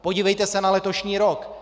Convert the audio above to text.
Podívejte se na letošní rok.